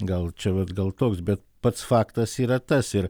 gal čia vat gal toks bet pats faktas yra tas ir